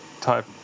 type